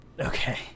Okay